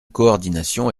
coordination